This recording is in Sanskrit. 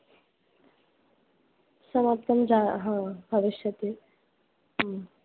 समाप्तं जा हा भविष्यति